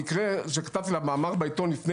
מקרה שכתבתי עליו מאמר בעיתון לפני